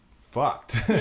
fucked